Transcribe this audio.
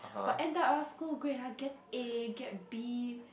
but end up ah school grade ah get A get B